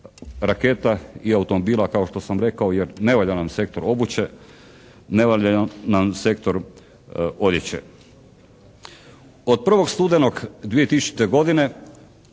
raketa i automobila kao što sam rekao jer ne valja nam sektor obuće, ne valja nam sektor odjeće. Od 1. studenog 2000. godine